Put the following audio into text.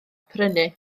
prynu